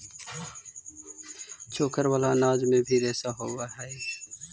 चोकर वाला अनाज में भी रेशा होवऽ हई